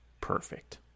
perfect